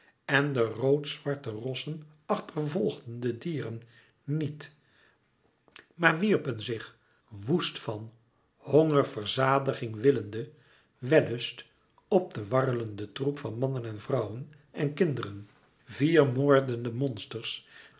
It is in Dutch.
en de roodzwarte rossen achtervolgden de dieren niet maar wierpen zich woest van honger verzadiging willende wellust op de warrelende troep van mannen en vrouwen en kinderen vier moordende monsters